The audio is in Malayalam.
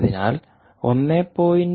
അതിനാൽ 1